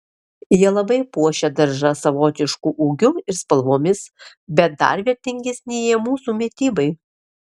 jie labai puošia daržą savotišku ūgiu ir spalvomis bet dar vertingesni jie mūsų mitybai